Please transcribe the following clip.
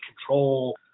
control